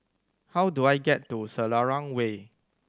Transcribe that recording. how do I get to Selarang Way